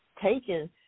taken